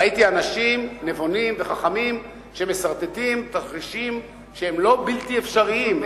ראיתי אנשים נבונים וחכמים שמסרטטים תרחישים שהם לא בלתי אפשריים,